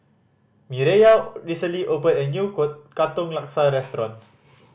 Mireya recently opened a new Katong Laksa restaurant